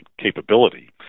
capability